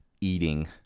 eating